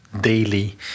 daily